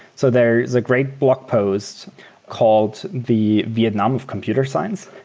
so there is a great blog post called the vietnam of computer science,